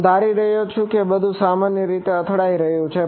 હું ધારી રહ્યો છું કે બધું સામાન્ય રીતે અથડાઈ રહ્યું છે